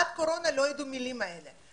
עד הקורונה לא ידעו את המילים האלה.